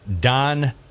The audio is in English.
Don